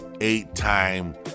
eight-time